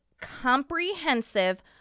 comprehensive